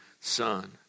son